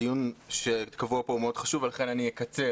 הדיון שקבוע פה הוא מאוד חשוב ולכן אני אקצר,